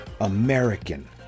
American